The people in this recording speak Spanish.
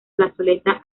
plazoleta